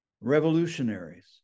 revolutionaries